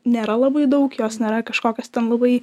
nėra labai daug jos nėra kažkokios ten labai